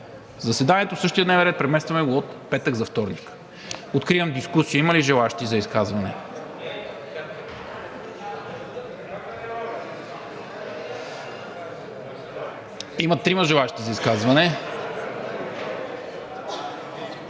Заседанието със същия дневен ред преместваме от петък за вторник. Откривам дискусия. Има ли желаещи за изказвания? Има трима желаещи за изказване